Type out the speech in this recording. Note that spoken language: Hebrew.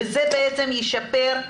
וזה בעצם ישפר,